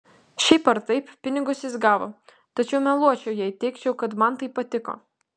šiaip ar taip pinigus jis gavo tačiau meluočiau jei teigčiau kad man tai patiko